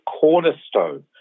cornerstone